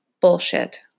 Bullshit